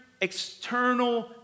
external